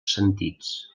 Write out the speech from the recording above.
sentits